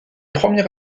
premier